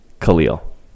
Khalil